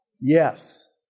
Yes